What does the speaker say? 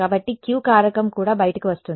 కాబట్టి Q కారకం కూడా బయటకు వస్తుంది